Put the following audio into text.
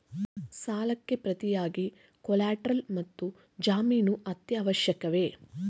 ಸಾಲಕ್ಕೆ ಪ್ರತಿಯಾಗಿ ಕೊಲ್ಯಾಟರಲ್ ಮತ್ತು ಜಾಮೀನು ಅತ್ಯವಶ್ಯಕವೇ?